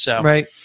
Right